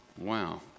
Wow